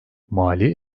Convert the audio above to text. mali